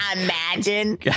imagine